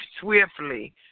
swiftly